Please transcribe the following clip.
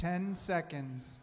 ten seconds